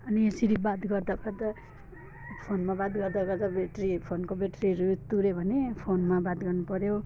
अनि यसरी बात गर्दा गर्दा फोनमा बात गर्दा गर्दा ब्याट्री फोनको ब्याट्रीहरू तुऱ्यो भने फोनमा बात गर्नुपऱ्यो